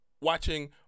watching